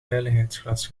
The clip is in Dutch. veiligheidsglas